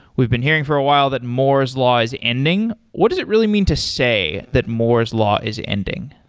we've been hearing for a while that moore's law is ending. what does it really mean to say that moore's law is ending?